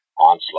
onslaught